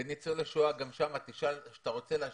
בניצולי שואה כשאתה רוצה להשוות,